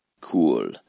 cool